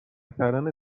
کردن